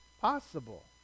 possible